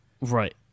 Right